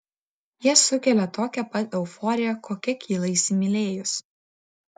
jie sukelia tokią pat euforiją kokia kyla įsimylėjus